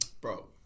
bro